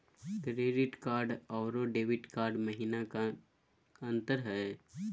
Credit card अरू debit card महिना का अंतर हई?